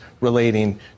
relating